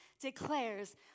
declares